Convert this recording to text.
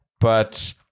But-